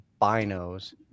binos